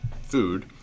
food